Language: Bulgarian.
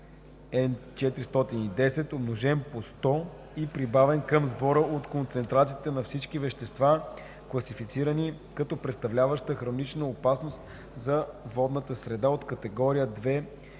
(Н410), умножен по 100 и прибавен към сбора от концентрациите на всички вещества, класифицирани като представляващи хронична опасност за водната среда от категория 2